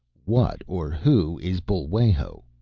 what or who is bul'wajo?